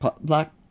black